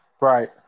right